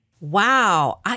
Wow